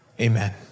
Amen